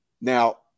Now